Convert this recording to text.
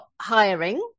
hiring